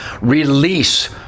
release